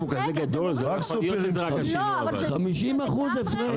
רק רגע --- 50% הפרש.